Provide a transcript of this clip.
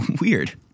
Weird